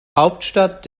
hauptstadt